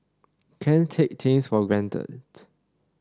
can't take things for granted